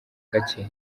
gake